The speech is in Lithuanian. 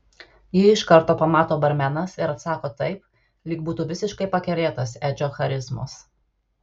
jį iš karto pamato barmenas ir atsako taip lyg būtų visiškai pakerėtas edžio charizmos